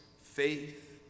faith